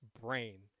brain